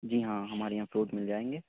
جی ہاں ہمارے یہاں فروٹ مل جائیں گے